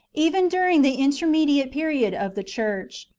even during the intermediate period of the church.